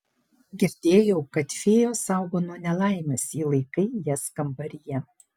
girdėjau kad fėjos saugo nuo nelaimės jei laikai jas kambaryje